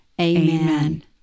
Amen